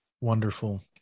Wonderful